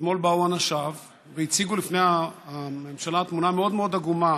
אתמול באו אנשיו והציגו לפני הממשלה תמונה מאוד מאוד עגומה